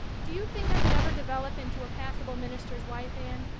do you think i could ever develop into a passable minister's wife, anne?